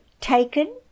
taken